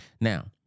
Now